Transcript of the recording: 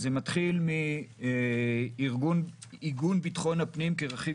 זה מתחיל מעיגון ביטחון הפנים כרכיב